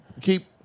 Keep